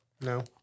No